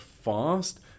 fast